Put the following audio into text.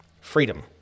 freedom